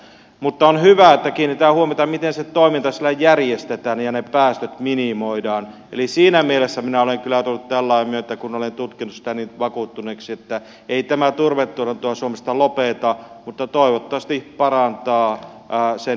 mutta on hyvä että kiinnitetään huomiota siihen miten se toiminta siellä järjestetään ja ne päästöt minimoidaan eli siinä mielessä minä olen kyllä ajatellut tällä lailla kun olen tutkinut sitä että olen tullut vakuuttuneeksi että ei tämä turvetuotantoa suomesta lopeta mutta toivottavasti parantaa sen ympäristöystävällisyyttä